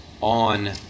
on